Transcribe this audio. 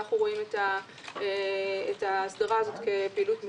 אנחנו רואים את ההסדרה הזאת כפעילות מבורכת.